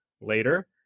later